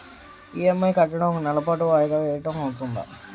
EMI కట్టడం ఒక నెల పాటు వాయిదా వేయటం అవ్తుందా?